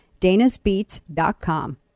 danasbeats.com